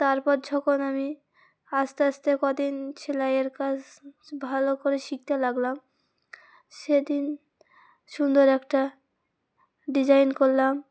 তারপর যখন আমি আস্তে আস্তে কদিন সেলাইয়ের কাজ ভালো করে শিখতে লাগলাম সেদিন সুন্দর একটা ডিজাইন করলাম